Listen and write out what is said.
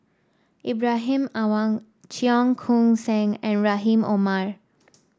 Ibrahim Awang Cheong Koon Seng and Rahim Omar